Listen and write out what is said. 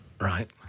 Right